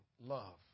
love